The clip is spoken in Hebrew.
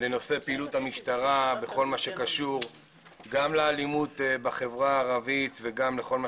בנושא פעילות המשטרה בכל מה שקשור גם לאלימות בחברה הערבית וגם בכל מה